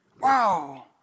Wow